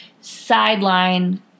sideline